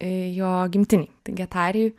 jo gimtinėj tai getarijoj